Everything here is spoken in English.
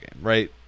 right